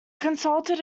consulted